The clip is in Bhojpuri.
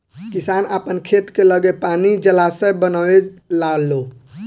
किसान आपन खेत के लगे पानी के जलाशय बनवे लालो